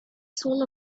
soul